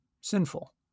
sinful